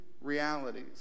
realities